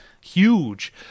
Huge